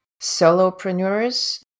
solopreneurs